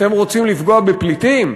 אתם רוצים לפגוע בפליטים?